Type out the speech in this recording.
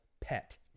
Pet